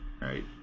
Right